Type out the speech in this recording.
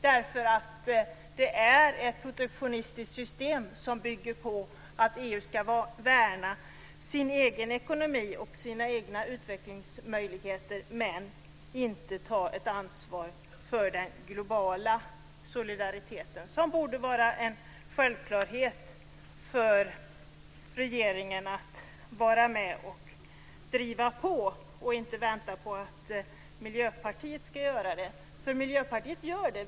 Det är ett protektionistiskt system som bygger på att EU ska värna sin egen ekonomi och sina egna utvecklingsmöjligheter men inte ta ett ansvar för den globala solidariteten - som det borde vara en självklarhet för regeringen att vara med och driva på i stället för att vänta på att Miljöpartiet ska göra det. Miljöpartiet gör detta.